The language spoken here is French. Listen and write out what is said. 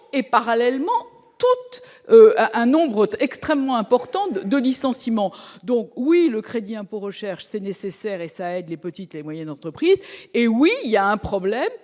et parallèlement toutes un nombre extrêmement important de licenciements, donc oui le crédit impôt recherche, c'est nécessaire, et celle des petites et moyennes entreprises, hé oui, il y a un problème